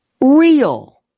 real